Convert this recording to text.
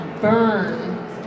burn